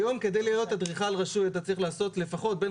היום כדי להיות אדריכל רשוי אתה צריך לעשות לפחות בין